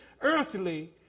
earthly